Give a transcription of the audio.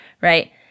right